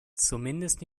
zumindest